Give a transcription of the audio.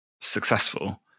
successful